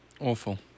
Awful